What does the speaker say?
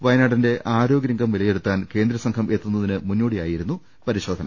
വയ നാടിന്റെ ആരോഗൃരംഗം വിലയിരുത്താൻ കേന്ദ്രസംഘം എത്തുന്നതിന് മുന്നോടിയായിരുന്നു പരിശോധന